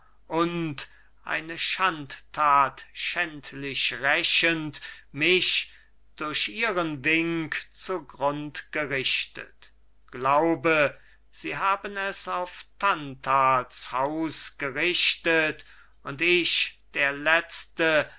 und eine schandthat schändlich rächend mich durch ihren wink zu grund gerichtet glaube sie haben es auf tantals haus gerichtet und ich der letzte